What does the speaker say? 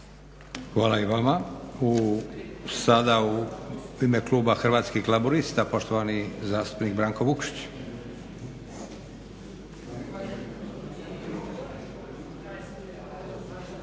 Josip (SDP)** Sada u ime kluba Hrvatskih laburista poštovani zastupnik Branko Vukšić.